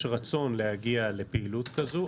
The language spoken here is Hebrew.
יש רצון להגיע לפעילות כזו.